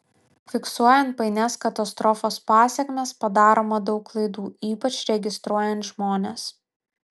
fiksuojant painias katastrofos pasekmes padaroma daug klaidų ypač registruojant žmones